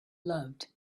loved